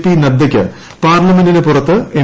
P നദ്ദയ്ക്ക് പാർലമെന്റിനു പുറത്ത് എം